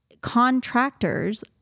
contractors